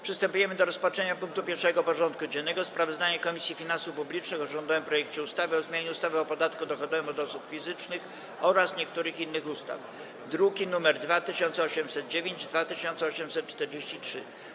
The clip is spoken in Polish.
Przystępujemy do rozpatrzenia punktu 1. porządku dziennego: Sprawozdanie Komisji Finansów Publicznych o rządowym projekcie ustawy o zmianie ustawy o podatku dochodowym od osób fizycznych oraz niektórych innych ustaw (druki nr 2809 i 2843)